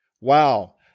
Wow